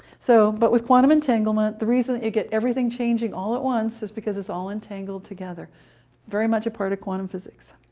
so but with quantum entanglement, the reason that you get everything changing all at once is because it's all entangled together very much a part of quantum physics.